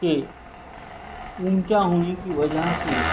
کہ اونچا ہونے کی وجہ سے